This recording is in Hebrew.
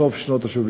סוף שנות ה-70,